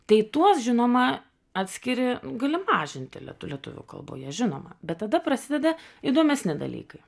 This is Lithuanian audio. tai tuos žinoma atskiri gali mažinti lietu lietuvių kalboje žinoma bet tada prasideda įdomesni dalykai